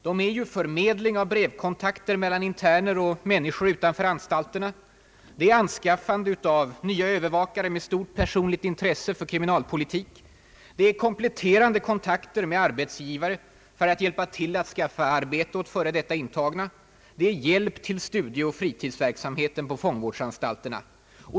Det är förmedling av brevkontakter mellan interner och människor utanför anstalterna, anskaffande av nya övervakare med stort personligt intresse för kriminalpolitik, kompletterande kontakter med arbetsgivare för att hjälpa till att skaffa arbete åt före detta intagna och hjälp till studieoch fritidsverksamhet på fångvårdsanstalterna.